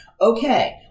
okay